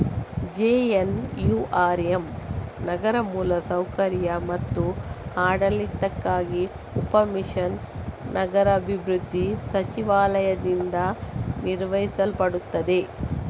JNURM ನಗರ ಮೂಲ ಸೌಕರ್ಯ ಮತ್ತು ಆಡಳಿತಕ್ಕಾಗಿ ಉಪ ಮಿಷನ್ ನಗರಾಭಿವೃದ್ಧಿ ಸಚಿವಾಲಯದಿಂದ ನಿರ್ವಹಿಸಲ್ಪಡುತ್ತದೆ